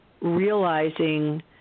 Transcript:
realizing